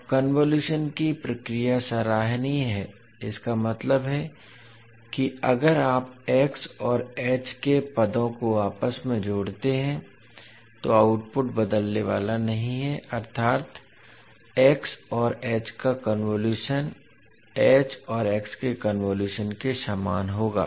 अब कन्वोलुशन की प्रक्रिया सराहनीय है इसका मतलब है कि अगर आप x और h के पदों को आपस में जोड़ते हैं तो आउटपुट बदलने वाला नहीं है अर्थात x और h का कन्वोलुशन h और x के कन्वोलुशन के समान होगा